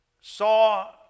saw